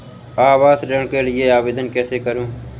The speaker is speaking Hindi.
आवास ऋण के लिए आवेदन कैसे करुँ?